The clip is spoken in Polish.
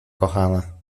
kochana